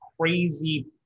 crazy